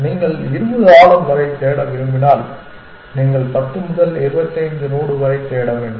நீங்கள் 20 ஆழம் வரை தேட விரும்பினால் நீங்கள் 10 முதல் 25 நோடு வரை தேட வேண்டும்